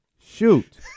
Shoot